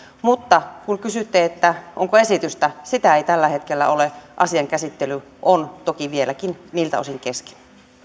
mutta kysyitte onko esitystä sitä ei tällä hetkellä ole asian käsittely on toki vieläkin niiltä osin kesken